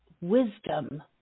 wisdom